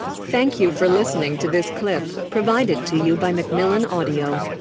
thank you for listening to this clip provided to you by macmillan audio.